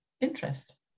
interest